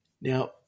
Now